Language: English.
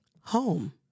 Home